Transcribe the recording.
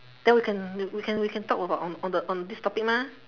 then we can we can we can talk about on on the on this topic mah